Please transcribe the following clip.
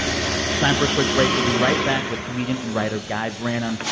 time for a quick break. we'll be right back with comedian and writer guy branum.